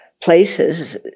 Places